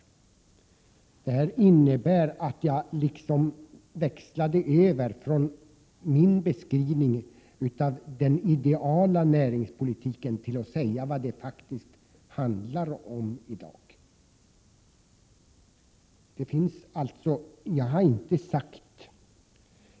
Det här innebär att jag växlade över från min beskrivning av den ideala näringspolitiken till att säga vad det faktiskt handlar om i dag.